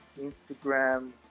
Instagram